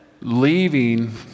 leaving